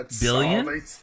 Billion